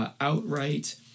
Outright